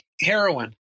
heroin